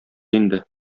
инде